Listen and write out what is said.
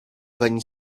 weń